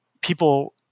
people